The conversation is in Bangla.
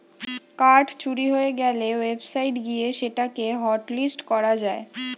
কার্ড চুরি হয়ে গ্যালে ওয়েবসাইট গিয়ে সেটা কে হটলিস্ট করা যায়